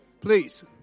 Please